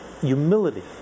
humility